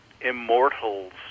immortals